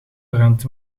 rente